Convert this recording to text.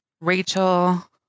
Rachel